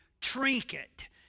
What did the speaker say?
trinket